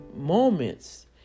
moments